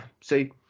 see